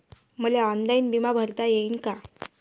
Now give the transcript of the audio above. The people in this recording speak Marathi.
मले ऑनलाईन बिमा भरता येईन का?